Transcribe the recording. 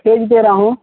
भेज दे रहा हूँ